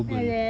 eh leh